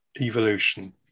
Evolution